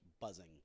buzzing